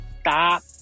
stop